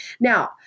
Now